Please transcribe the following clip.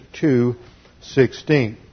2.16